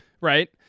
Right